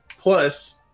Plus